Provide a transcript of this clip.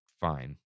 fine